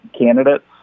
candidates